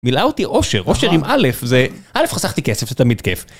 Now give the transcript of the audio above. מילאה אותי אושר, אושר עם א' זה, א' חסכתי כסף, זה תמיד כיף